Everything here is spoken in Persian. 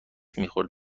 میخورد